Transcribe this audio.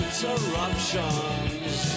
interruptions